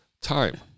time